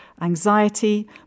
anxiety